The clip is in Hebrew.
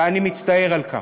ואני מצטער על כך.